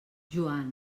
joan